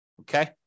Okay